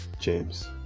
James